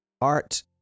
art